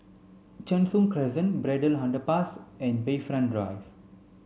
Cheng Soon Crescent Braddell Underpass and Bayfront Drive